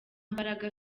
mbaraga